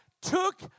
took